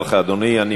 תודה רבה לך, אדוני.